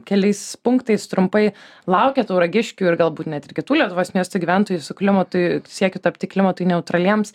keliais punktais trumpai laukia tauragiškių ir galbūt net ir kitų lietuvos miestų gyventojų su klimatui siekiu tapti klimatui neutraliems